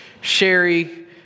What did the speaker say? Sherry